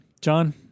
John